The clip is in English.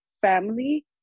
family